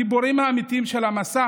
הגיבורים האמיתיים של המסע